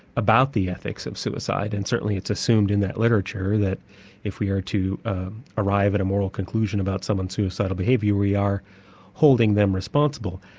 about the effects of suicide, and certainly it's assumed in that literature that if we are to arrive at a moral conclusion about someone's suicidal behaviour, we are holding them responsible.